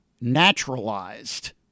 naturalized